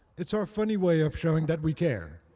it's our funny way of showing that we care.